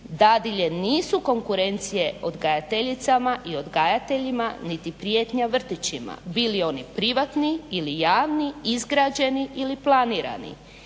Dadilje nisu konkurencije odgajateljicama i odgajateljima, niti prijetnja vrtićima, bili oni privatni ili javni, izgrađeni ili planirani,